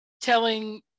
telling